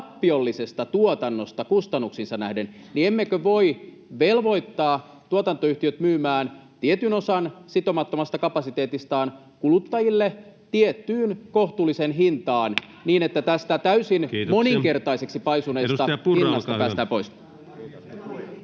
tuotannosta kustannuksiinsa nähden, emmekö voi velvoittaa tuotantoyhtiöt myymään tietyn osan sitomattomasta kapasiteetistaan kuluttajille tiettyyn kohtuulliseen hintaan, niin että tästä täysin — moninkertaiseksi — paisuneesta hinnasta päästään pois?